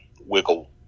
wiggle